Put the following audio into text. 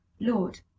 Lord